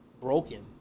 broken